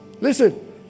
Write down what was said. Listen